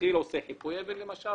עושים חיפוי אבן למשל